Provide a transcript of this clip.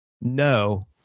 no